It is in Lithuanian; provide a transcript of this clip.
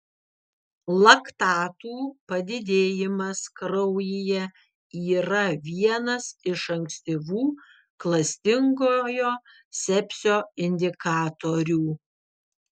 laktatų padidėjimas kraujyje yra vienas iš ankstyvų klastingojo sepsio indikatorių